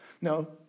No